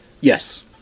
Yes